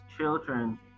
Children